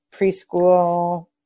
preschool